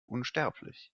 unsterblich